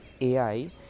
ai